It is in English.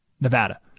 nevada